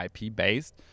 IP-based